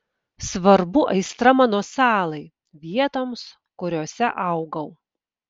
svarbu aistra mano salai vietoms kuriose augau